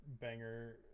banger